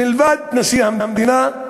מלבד נשיא המדינה,